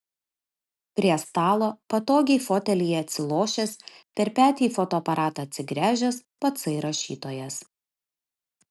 prie stalo patogiai fotelyje atsilošęs per petį į fotoaparatą atsigręžęs patsai rašytojas